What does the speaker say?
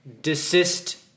desist